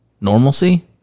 normalcy